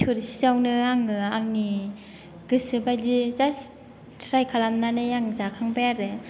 थोरसियावनो आङो आंनि गोसो बादि जास्त थ्राइ खालामनानै आङो जाखांबाय आरो